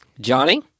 Johnny